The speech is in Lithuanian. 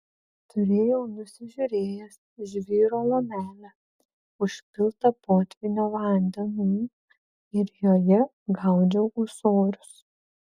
turėjau nusižiūrėjęs žvyro lomelę užpiltą potvynio vandenų ir joje gaudžiau ūsorius